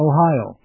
Ohio